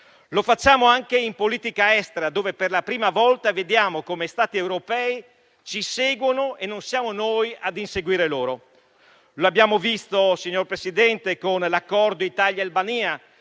Lo facciamo anche in politica estera, dove per la prima volta vediamo come Stati europei ci seguono e non siamo noi ad inseguire loro. L'abbiamo visto, signor Presidente, con l'accordo Italia-Albania,